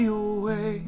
away